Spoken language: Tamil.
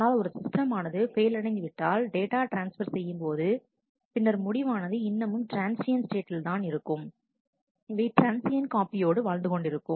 ஆனால் ஒரு சிஸ்டம் ஆனது ஃபெயில் அடைந்துவிட்டால் டேட்டா ட்ரான்ஸ்பர் செய்யும்போது பின்னர் முடிவானது இன்னமும் டிரன்சியண்ட் ஸ்டேட்டில் தான் இருக்கும் அவை டிரன்சியண்ட் காப்பியோடு வாழ்ந்து கொண்டிருக்கும்